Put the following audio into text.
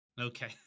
Okay